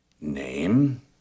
Name